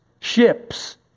ships